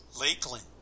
Lakeland